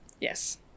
Yes